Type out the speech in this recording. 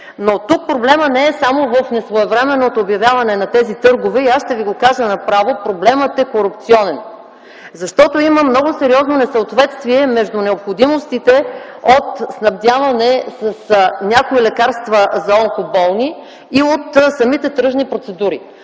Тук проблемът не е само в несвоевременното обявяване на тези търгове и аз ще ви го кажа направо. Проблемът е корупционен. Има много сериозни несъответствия между необходимостите от снабдяване с някои лекарства за онкоболни и от самите тръжни процедури.